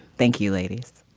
thank you, ladies